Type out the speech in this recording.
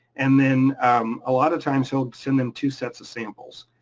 and then a lot of times he'll send them two sets of samples.